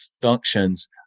functions